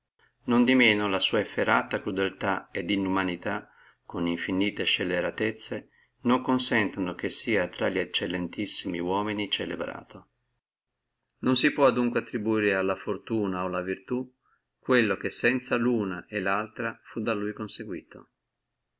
non di manco la sua efferata crudelità e inumanità con infinite scelleratezze non consentono che sia infra li eccellentissimi uomini celebrato non si può adunque attribuire alla fortuna o alla virtù quello che sanza luna e laltra fu da lui conseguito